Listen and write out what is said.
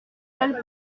salles